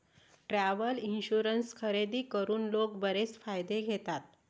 travel insurance खरेदी करून लोक बरेच फायदे घेतात